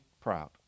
proud